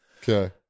Okay